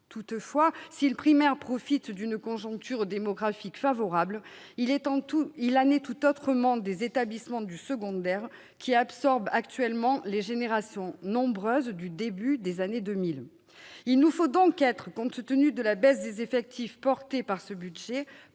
Toutefois, si le primaire profite d'une conjoncture démographique favorable, il en est tout autrement des établissements du secondaire, qui absorbent actuellement les générations nombreuses du début des années 2000. Il nous faut donc, compte tenu de la baisse des effectifs portée par ce budget,